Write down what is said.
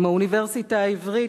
עם האוניברסיטה העברית,